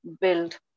build